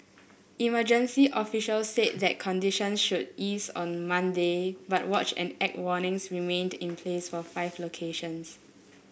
emergency officials said that conditions should ease on Monday but watch and act warnings remained in place for five locations